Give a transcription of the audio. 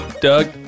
Doug